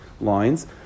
lines